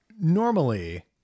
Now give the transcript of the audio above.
Normally